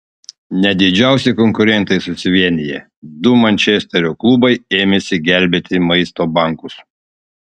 net didžiausi konkurentai susivienija du mančesterio klubai ėmėsi gelbėti maisto bankus